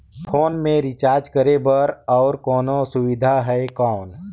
Phone मे recharge करे बर और कोनो सुविधा है कौन?